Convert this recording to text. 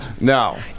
No